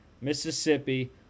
Mississippi